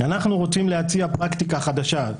אנחנו רוצים להציע פרקטיקה חדשה.